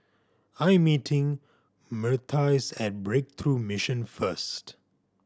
I am meeting Myrtice at Breakthrough Mission first